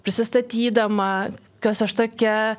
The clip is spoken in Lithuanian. prisistatydama kas aš tokia